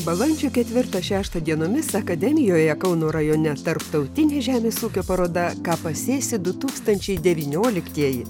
balandžio ketvirtą šeštą dienomis akademijoje kauno rajone tarptautinė žemės ūkio paroda ką pasėsi du tūkstančiai devynioliktieji